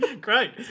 Great